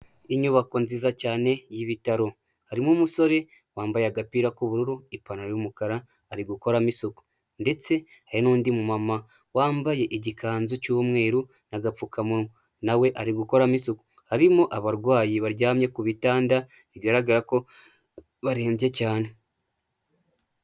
Inyubako nziza cyane y'ibitaro, harimo umusore wambaye agapira k'ubururu, ipantaro y'umukara, ari gukoramo isuku, ndetse hari n'undi mu mama, wambaye igikanzu cy'umweru, n'agapfukamunwa, nawe ari gukora mo isuku, harimo abarwayi baryamye ku bitanda, bigaragara ko barembye cyane.